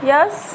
Yes